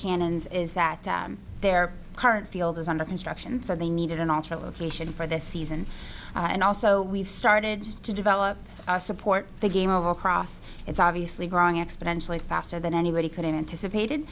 cannons is that their current field is under construction so they needed an alternate location for this season and also we've started to develop our support the game across it's obviously growing exponentially faster than anybody could anticipated